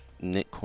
Nick